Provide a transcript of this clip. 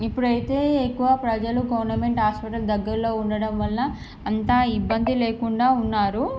ఇప్పుడు అయితే ఎక్కువ ప్రజలు గవర్నమెంట్ హాస్పిటల్ దగ్గరలో ఉండడం వల్ల అంత ఇబ్బంది లేకుండా ఉన్నారు